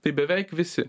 tai beveik visi